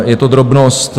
Je to drobnost.